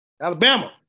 Alabama